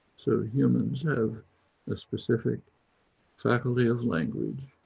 so humans have a specific faculty of language.